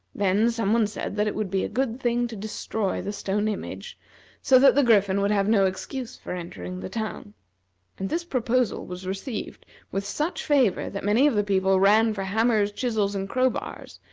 then some one said that it would be a good thing to destroy the stone image so that the griffin would have no excuse for entering the town and this proposal was received with such favor that many of the people ran for hammers, chisels, and crowbars,